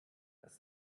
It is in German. das